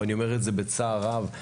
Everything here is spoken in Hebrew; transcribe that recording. אני אומר את זה בצער רב.